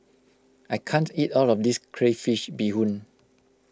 I can't eat all of this Crayfish BeeHoon